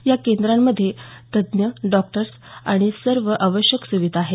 या केंद्रामध्ये तज्ज्ञ डॉक्टर्स आणि सर्व आवश्यक सुविधा आहेत